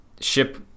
Ship